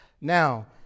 Now